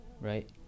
right